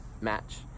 match